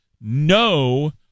no